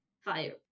Fire